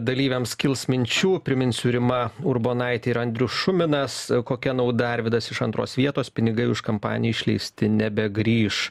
dalyviams kils minčių priminsiu rima urbonaitė ir andrius šuminas kokia nauda arvydas iš antros vietos pinigai už kampaniją išleisti nebegrįš